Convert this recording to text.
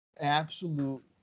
absolute